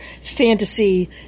fantasy